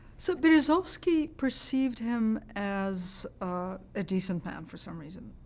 so berezovsky perceived him as a decent man, for some reason.